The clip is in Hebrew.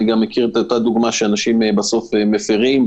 אני מכיר דוגמה שבסוף אנשים מפרים,